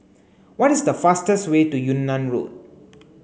what is the fastest way to Yunnan Road